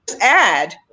add